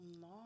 No